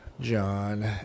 john